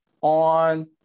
on